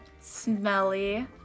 smelly